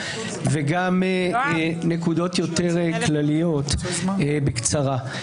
וגם נקודות יותר כלליות בקצרה.